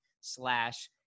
slash